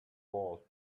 world